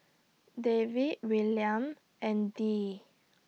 David Willaim and Dee